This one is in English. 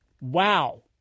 Wow